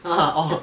ah orh